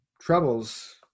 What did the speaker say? troubles